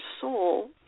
soul